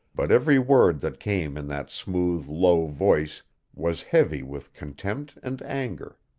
but every word that came in that smooth, low voice was heavy with contempt and anger.